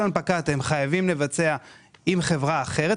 ההנפקה אתם חייבים לבצע עם חברה אחרת,